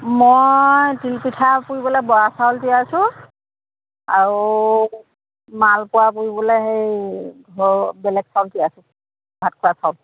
মই তিলপিঠা পুৰিবলৈ বৰা চাউল তিয়াইছো আছোঁ আৰু মালপোৱা পুৰিবলৈ সেই ঘৰ বেলেগ চাউল তিয়াই থৈছোঁ ভাত খোৱা চাউল